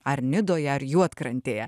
ar nidoje ar juodkrantėje